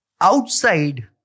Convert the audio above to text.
outside